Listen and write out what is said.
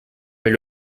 mais